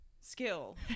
skill